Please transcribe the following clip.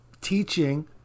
teaching